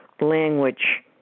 language